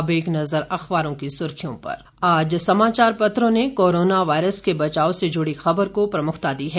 अब एक नज़र अखबारों की सुर्खियों पर आज समाचार पत्रों ने कोरोना वायरस के बचाव से जुड़ी खबर को प्रमुखता दी है